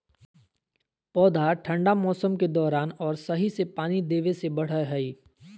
पौधा ठंढा मौसम के दौरान और सही से पानी देबे से बढ़य हइ